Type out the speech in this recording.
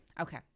Okay